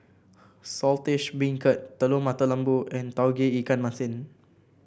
Saltish Beancurd Telur Mata Lembu and Tauge Ikan Masin